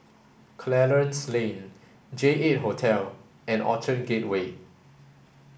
Clarence Lane J eight Hotel and Orchard Gateway